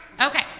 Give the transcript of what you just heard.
okay